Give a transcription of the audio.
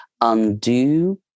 undo